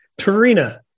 Tarina